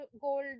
Gold